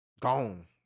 gone